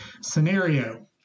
Scenario